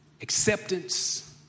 acceptance